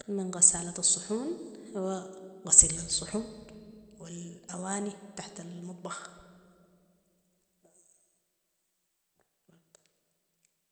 من غسالة الصحون هو غسيل الصحون والاواني بتاعة المطبخ